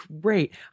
great